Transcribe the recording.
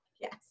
Yes